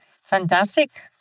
fantastic